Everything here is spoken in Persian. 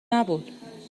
نبود